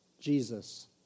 Jesus